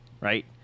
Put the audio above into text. right